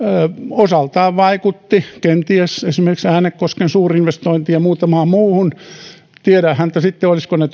osaltaan vaikutti kenties esimerkiksi äänekosken suurinvestointiin ja muutamaan muuhun tiedä häntä sitten olisivatko ne